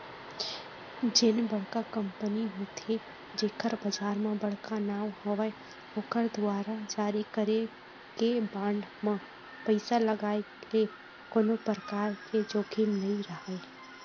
जेन बड़का कंपनी होथे जेखर बजार म बड़का नांव हवय ओखर दुवारा जारी करे गे बांड म पइसा लगाय ले कोनो परकार के जोखिम नइ राहय